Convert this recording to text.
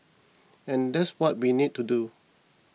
and that's what we need to do